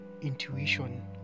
intuition